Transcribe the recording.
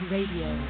Radio